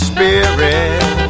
Spirit